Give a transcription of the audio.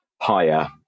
higher